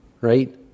right